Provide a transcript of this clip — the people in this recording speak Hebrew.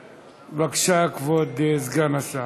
בבקשה, כבוד סגן השר.